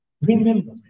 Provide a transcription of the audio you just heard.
Remember